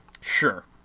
Sure